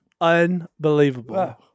unbelievable